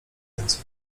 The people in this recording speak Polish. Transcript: więcej